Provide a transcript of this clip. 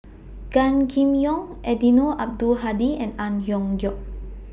Gan Kim Yong Eddino Abdul Hadi and Ang Hiong Chiok